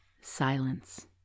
silence